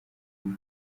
hano